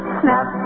snap